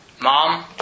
Mom